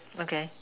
okay